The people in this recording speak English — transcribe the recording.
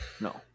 No